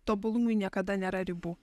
tobulumui niekada nėra ribų